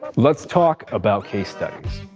let's talk about case studies